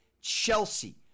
Chelsea